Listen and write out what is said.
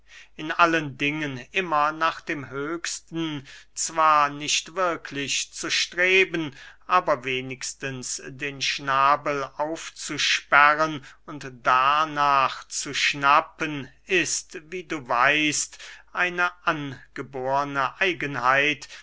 in allen dingen immer nach dem höchsten zwar nicht wirklich zu streben aber wenigstens den schnabel aufzusperren und darnach zu schnappen ist wie du weißt eine angeborne eigenheit